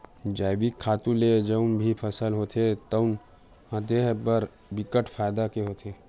जइविक खातू ले जउन भी फसल होथे तउन ह देहे बर बिकट फायदा के होथे